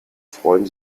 freuen